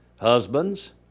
Husbands